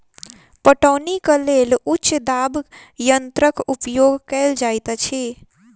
पटौनीक लेल उच्च दाब यंत्रक उपयोग कयल जाइत अछि